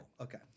Okay